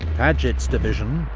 paget's division,